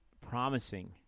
promising